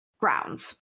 grounds